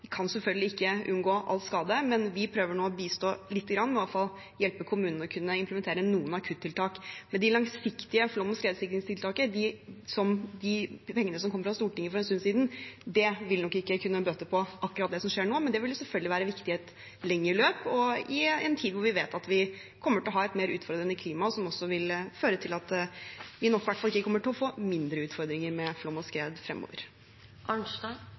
kan selvfølgelig ikke unngå all skade, men vi prøver nå å bistå lite grann med å hjelpe kommunene med å kunne implementere noen akuttiltak. Men til de langsiktige flom- og skredsikringstiltakene: De pengene som kom fra Stortinget for en stund siden, vil nok ikke kunne bøte på akkurat det som skjer nå. Men de vil selvfølgelig være viktig i et lengre løp og i en tid hvor vi vet at vi kommer til å ha et mer utfordrende klima, som også vil føre til at vi nok i hvert fall ikke kommer til å få mindre utfordringer med flom og skred